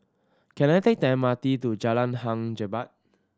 can I take the M R T to Jalan Hang Jebat